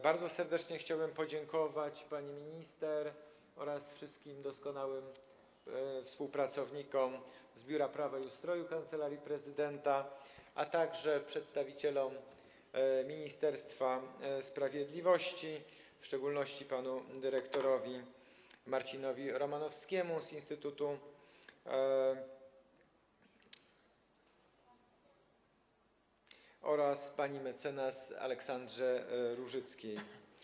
Bardzo serdecznie chciałbym podziękować pani minister oraz wszystkim doskonałym współpracownikom z Biura Prawa i Ustroju Kancelarii Prezydenta, a także przedstawicielom Ministerstwa Sprawiedliwości, w szczególności panu dyrektorowi Marcinowi Romanowskiemu z instytutu oraz pani mecenas Aleksandrze Różyckiej.